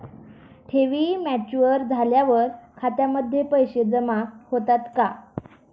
ठेवी मॅच्युअर झाल्यावर खात्यामध्ये पैसे जमा होतात का?